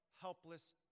helpless